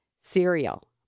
Cereal